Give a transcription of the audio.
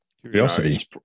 curiosity